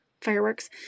fireworks